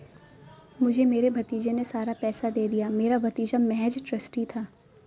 मुझे मेरे भतीजे ने सारा पैसा दे दिया, मेरा भतीजा महज़ ट्रस्टी था